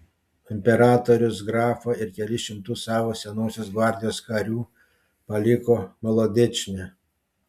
imperatorius grafą ir kelis šimtus savo senosios gvardijos karių paliko molodečne